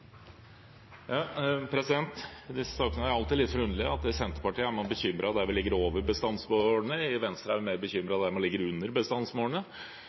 Disse sakene er alltid litt forunderlige. I Senterpartiet er man bekymret når man ligger over bestandsmålene, i Venstre er vi mer bekymret når man ligger under bestandsmålene,